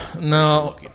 no